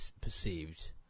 perceived